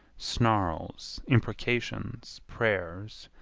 snarls, imprecations, prayers,